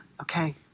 Okay